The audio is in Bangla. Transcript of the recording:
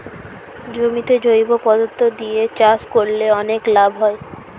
জমিতে জৈব পদার্থ দিয়ে চাষ করলে অনেক লাভ হয়